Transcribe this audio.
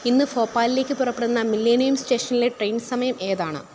ഇന്ന് ഭോപാലിലേക്ക് പുറപ്പെടുന്ന മില്ലേനിയം സ്റ്റേഷനിലെ ട്രെയിൻ സമയം ഏതാണ്